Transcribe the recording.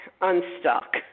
unstuck